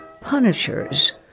punishers